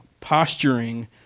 posturing